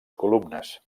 columnes